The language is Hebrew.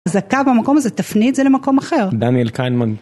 זכה במקום הזה תפני את זה למקום אחר, דניאל כהנמן.